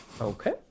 Okay